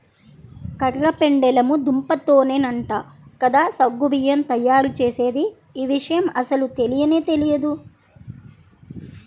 కర్ర పెండలము దుంపతోనేనంట కదా సగ్గు బియ్యం తయ్యారుజేసేది, యీ విషయం అస్సలు తెలియనే తెలియదు